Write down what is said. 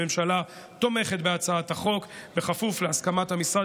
הממשלה תומכת בהצעת החוק בכפוף להסכמת המשרד